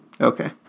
Okay